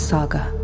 Saga